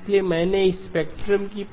इसलिए मैंने स्पेक्ट्रम की